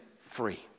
free